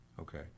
Okay